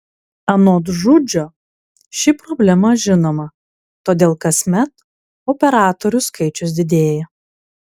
anot žudžio ši problema žinoma todėl kasmet operatorių skaičius didėja